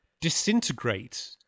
disintegrate